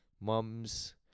mums